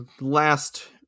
last